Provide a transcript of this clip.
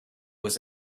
was